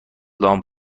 لامپ